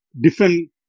different